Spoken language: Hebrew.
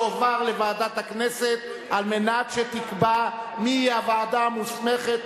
תועבר לוועדת הכנסת כדי שתקבע איזו היא הוועדה המוסמכת.